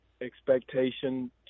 expectation